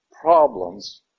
problems